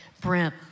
Brent